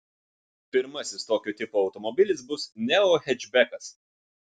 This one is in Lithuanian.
pirmasis tokio tipo automobilis bus neo hečbekas